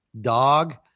dog